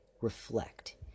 reflect